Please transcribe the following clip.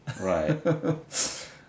Right